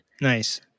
Nice